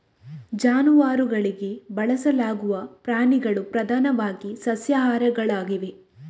ಜಾನುವಾರುಗಳಾಗಿ ಬಳಸಲಾಗುವ ಪ್ರಾಣಿಗಳು ಪ್ರಧಾನವಾಗಿ ಸಸ್ಯಾಹಾರಿಗಳಾಗಿವೆ